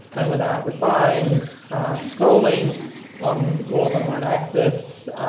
and without requiring scrolling on more than one axis,